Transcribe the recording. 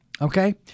okay